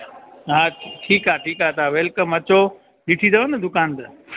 हा ठीकु आहे ठीकु आहे तव्हां वेलकम अचो ॾिठी अथव न दुकान त